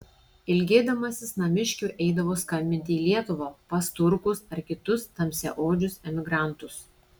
ilgėdamasis namiškių eidavo skambinti į lietuvą pas turkus ar kitus tamsiaodžius emigrantus